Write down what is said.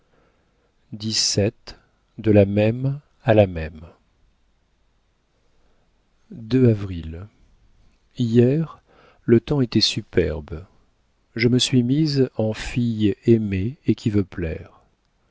la même a la même hier le temps était superbe je me suis mise en fille aimée et qui veut plaire